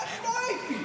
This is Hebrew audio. איך לא ראיתי?